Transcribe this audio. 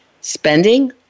spending